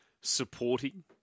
supporting